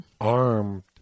Armed